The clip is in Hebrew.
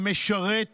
המשרת והעובד,